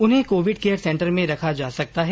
उन्हें Covid care centre में रखा जा सकता है